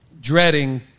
dreading